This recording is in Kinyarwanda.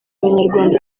abanyarwanda